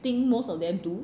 think most of them do